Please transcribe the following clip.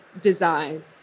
design